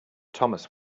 thomas